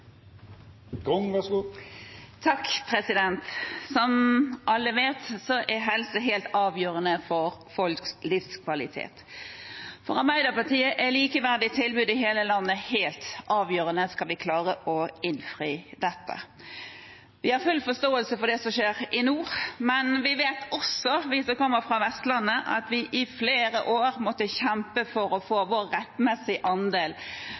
tilbud i hele landet helt avgjørende om vi skal klare å innfri dette. Vi har full forståelse for det som skjer i nord, men vi vet også, vi som kommer fra Vestlandet, at vi i flere år måtte kjempe for å få vår rettmessige andel.